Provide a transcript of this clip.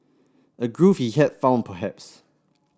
a groove he had found perhaps